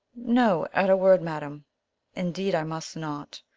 no, at a word, madam indeed i must not.